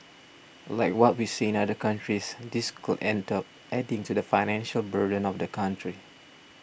like what we see in other countries this could end up adding to the financial burden of the country